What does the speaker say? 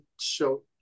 show